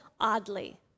oddly